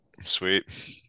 Sweet